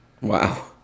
wow